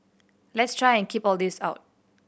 let's try and keep all this out